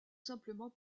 simplement